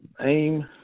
aim